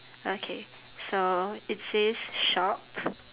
okay so it says shop